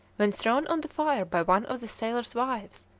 when thrown on the fire by one of the sailor's wives,